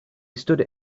stood